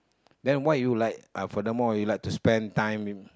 then why you like uh further more you like to spend time with